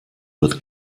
wird